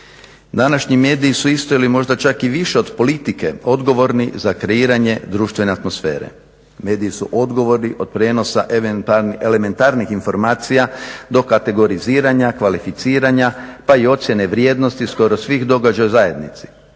Današnji mediji su isto ili čak i više od politike odgovorni za kreiranje društvene atmosfere. Mediji su odgovorni od prijenosa elementarnih informacija do kategoriziranja, kvalificiranja pa i ocjene vrijednosti skoro svih događaja u zajednici.